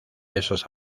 esos